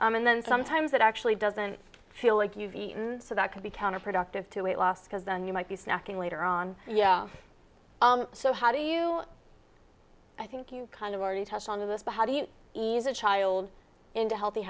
sustain and then sometimes it actually doesn't feel like you've eaten so that could be counterproductive to weight loss because then you might be snacking later on yeah so how do you i think you kind of already touched on this but how do you ease a child into healthy